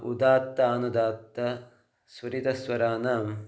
उदात्तनुदात्तस्वरितस्वराणां